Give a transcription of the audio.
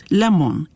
lemon